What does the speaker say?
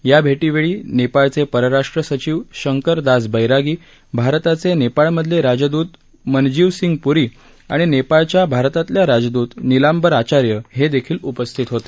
या भेटीवेळी नेपाळचे परराष्ट्र सचिव शंकर दास बैरागी भारताचे नेपाळमधले राजदूत मनजीवसिंग प्री आणि नेपाळच्या भारतातल्या राजदूत नीलांबर आचार्य हे देखील उपस्थित होते